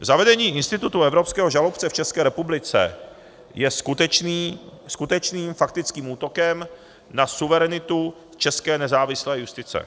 Zavedení institutu evropského žalobce v České republice je skutečným faktickým útokem na suverenitu české nezávislé justice.